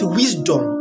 wisdom